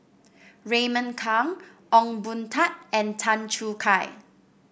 Raymond Kang Ong Boon Tat and Tan Choo Kai